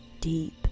deep